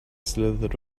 slithered